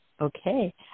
Okay